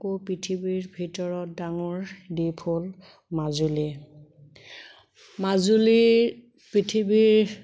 আকৌ পৃথিৱীৰ ভিতৰত ডাঙৰ দ্বীপ হ'ল মাজুলী মাজুলী পৃথিৱীৰ